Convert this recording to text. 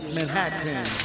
Manhattan